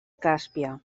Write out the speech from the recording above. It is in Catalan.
càspia